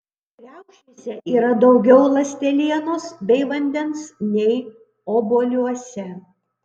kriaušėse yra daugiau ląstelienos bei vandens nei obuoliuose